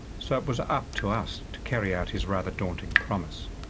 so it was up to us to carry out his rather daunting promise.